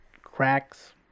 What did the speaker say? cracks